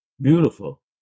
Beautiful